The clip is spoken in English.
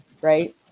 right